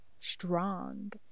strong